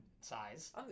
size